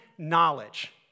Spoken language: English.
knowledge